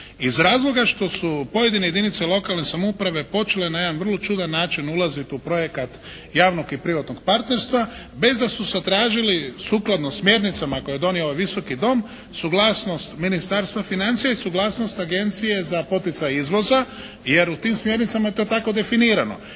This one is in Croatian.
Iz razloga što su pojedine jedinice lokalne samouprave počele na jedan vrlo čudan način ulaziti u projekat javnog i privatnog partnerstva bez da su zatražili sukladno smjernicama koje je donio ovaj Visoki dom suglasnost Ministarstva financija i suglasnost Agencije za poticaj izvoza jer u tim smjernicama je to tako definirano.